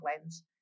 lens